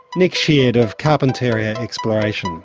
nick sheard of carpentaria exploration.